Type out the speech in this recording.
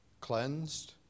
cleansed